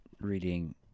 reading